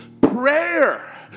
Prayer